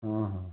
हाँ हाँ